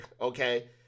okay